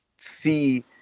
see